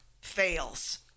fails